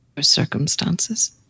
circumstances